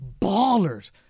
ballers